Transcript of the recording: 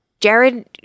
Jared